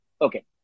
Okay